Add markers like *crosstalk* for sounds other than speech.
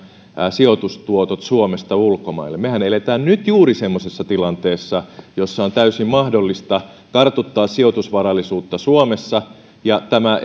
sijoitustuotot suomesta ulkomaille mehän elämme nyt juuri semmoisessa tilanteessa jossa on täysin mahdollista kartuttaa sijoitusvarallisuutta suomessa ja tämä *unintelligible*